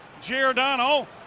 Giordano